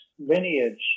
lineage